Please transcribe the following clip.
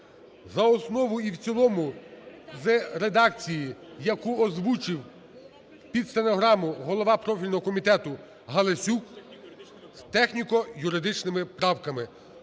за основу і в цілому з редакції, яку озвучив під стенограму голова профільного комітету Галасюк з техніко-юридичними правками.